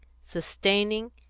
sustaining